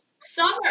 Summer